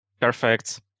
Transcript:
perfect